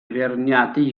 feirniadu